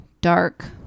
Dark